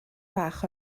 bach